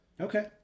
Okay